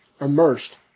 immersed